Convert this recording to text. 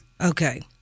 Okay